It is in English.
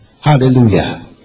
Hallelujah